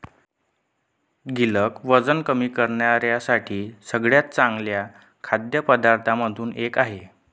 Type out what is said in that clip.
गिलक वजन कमी करण्यासाठी सगळ्यात चांगल्या खाद्य पदार्थांमधून एक आहे